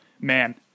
man –